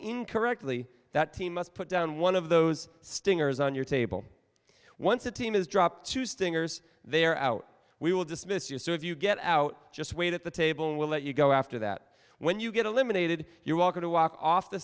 incorrectly that team must put down one of those stingers on your table once a team is dropped to stingers they are out we will dismiss your so if you get out just wait at the table and we'll let you go after that when you get eliminated you're welcome to walk off the